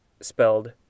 spelled